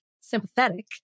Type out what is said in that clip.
sympathetic